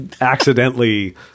accidentally